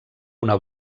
una